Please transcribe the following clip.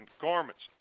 garments